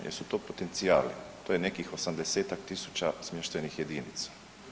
Jer su to potencijali, to je nekih 80-tak tisuća smještajnih jedinica.